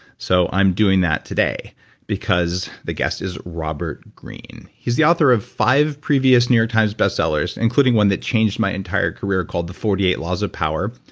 so i'm doing that today because the guest is robert greene. he's the author of five previous new york times bestsellers including one that changed my entire career called the forty eight laws of power.